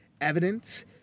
evidence